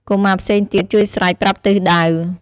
កុមារផ្សេងទៀតជួយស្រែកប្រាប់ទិសដៅ។